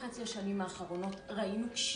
כבוד